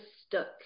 stuck